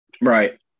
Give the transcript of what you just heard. Right